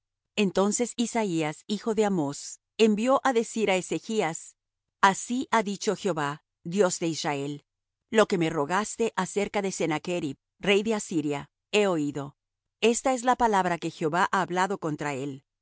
entonces isaías hijo de amós envió á decir á ezechas así ha dicho jehová dios de israel lo que me rogaste acerca de sennachrib rey de asiria he oído esta es la palabra que jehová ha hablado contra él